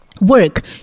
work